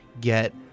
get